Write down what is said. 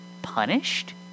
Punished